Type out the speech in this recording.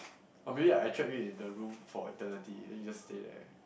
or maybe I trap you in the room for eternity then you just stay there